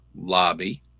lobby